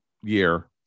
year